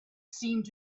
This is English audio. seemed